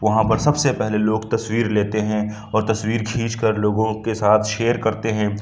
وہاں پر سب سے پہلے لوگ تصویر لیتے ہیں اور تصویر کھینچ کر لوگوں کے ساتھ شیئر کرتے ہیں